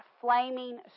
flaming